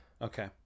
Okay